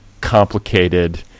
complicated